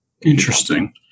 Interesting